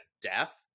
death